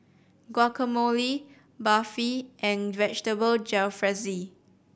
Guacamole Barfi and Vegetable Jalfrezi